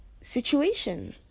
Situation